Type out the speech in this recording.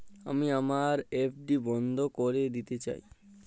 আমি আমার এফ.ডি বন্ধ করে দিতে চাই